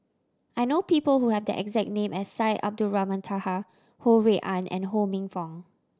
I know people who have the exact name as Syed Abdulrahman Taha Ho Rui An and Ho Minfong